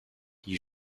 you